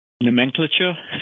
Nomenclature